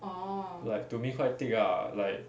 like to me quite thick lah like